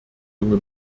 junge